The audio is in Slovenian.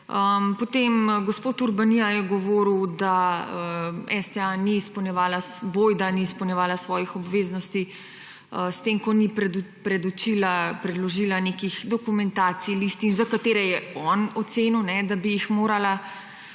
Potem gospod Urbanija je govoril, da STA ni izpolnjevala svojih obveznosti s tem, ko ni predložila nekih dokumentacij, listin, za katere je on ocenil, da bi jih morala.